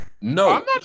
No